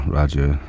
Roger